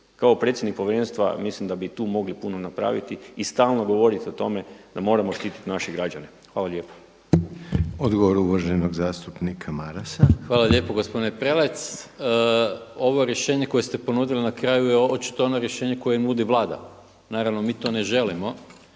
Kao predsjednik povjerenstva mislim da bi i tu mogli puno napraviti i stalno govoriti o tome da moramo štititi naše građane. Hvala lijepa. **Reiner, Željko (HDZ)** Odgovor uvaženog zastupnika Marasa. **Maras, Gordan (SDP)** Hvala lijepo gospodine Prelec. Ovo rješenje koje ste ponudili na kraju je očito ono rješenje koje nudi Vlada. Naravno mi to ne želimo.